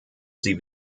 sie